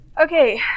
Okay